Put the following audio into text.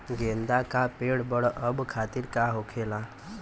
गेंदा का पेड़ बढ़अब खातिर का होखेला?